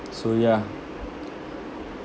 so yeah